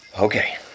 Okay